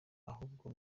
ahubwo